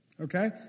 Okay